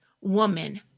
Woman